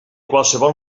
qualsevol